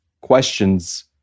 questions